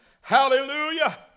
Hallelujah